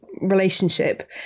relationship